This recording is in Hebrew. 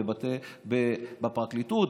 בפרקליטות,